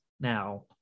now